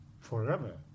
forever